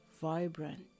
vibrant